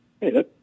hey